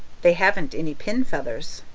they haven't any pin feathers.